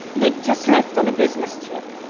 nick just left on a business trip,